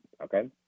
okay